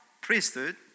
priesthood